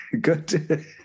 Good